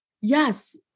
yes